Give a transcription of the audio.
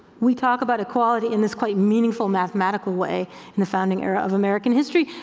we talk about equality in this quite meaningful mathematical way in the founding era of american history,